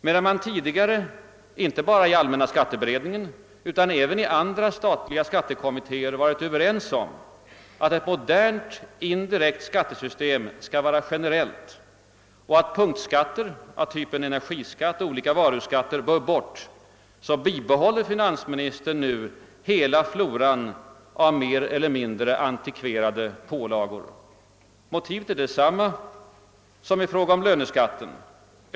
Medan man tidigare, inte bara i allmänna skatteberedningen utan även i andra statliga skattekommittéer, varit överens om att ett modernt indirekt skattesystem skall vara generellt och att punktskatter av typen energiskatt och olika varuskatter bör bort, bibehåller finansministern hela floran av mer eller mindre antikverade pålagor. Motivet är detsamma som i fråga om löneskatten.